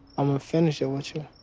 i'mma finish it with you.